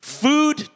food